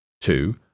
two